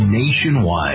nationwide